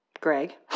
Greg